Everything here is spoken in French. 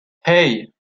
hey